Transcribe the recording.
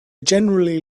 generally